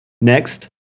Next